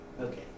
Okay